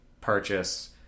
purchase